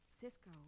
Cisco